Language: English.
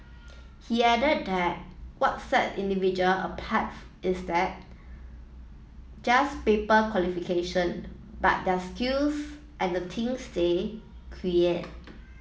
he added that what sets individual apart is that just paper qualification but their skills and the things they create